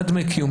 מה דמי קיום?